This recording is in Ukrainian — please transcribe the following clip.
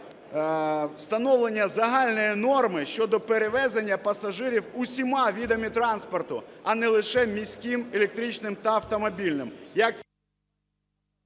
встановлення загальної норми щодо перевезення пасажирів усіма видами транспорту, а не лише міським електричним та автомобільним,